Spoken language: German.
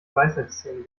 weisheitszähne